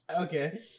okay